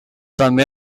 també